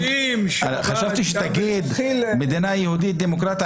חשבתי שתגיד מדינה יהודית ודמוקרטית,